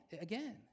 again